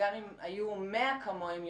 גם אם היו 100 יותר כמוהם,